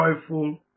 Joyful